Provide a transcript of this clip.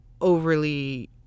overly